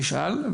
תשאל,